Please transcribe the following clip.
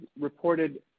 reported